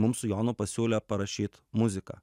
mums su jonu pasiūlė parašyt muziką